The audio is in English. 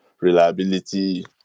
reliability